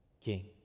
King